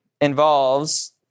involves